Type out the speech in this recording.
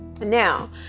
now